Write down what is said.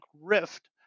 rift